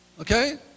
Okay